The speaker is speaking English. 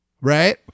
Right